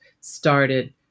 started